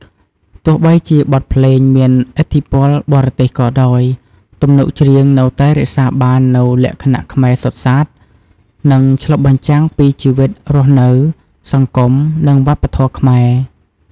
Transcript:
ទោះបីជាបទភ្លេងមានឥទ្ធិពលបរទេសក៏ដោយ ទំនុកច្រៀងនៅតែរក្សាបាននូវលក្ខណៈខ្មែរសុទ្ធសាធ និងឆ្លុះបញ្ចាំងពីជីវិតរស់នៅ សង្គម និងវប្បធម៌ខ្មែរ។